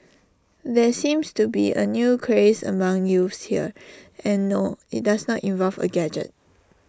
there seems to be A new craze among youths here and no IT does not involve A gadget